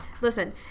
listen